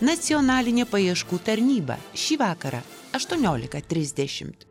nacionalinė paieškų tarnyba šį vakarą aštuoniolika trisdešimt